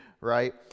right